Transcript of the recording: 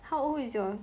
how old is your